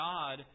God